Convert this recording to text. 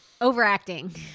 overacting